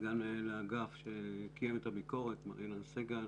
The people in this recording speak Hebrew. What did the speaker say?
סגן מנהל האגף שקיים את הביקורת, מר אילן סגל.